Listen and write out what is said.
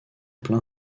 plein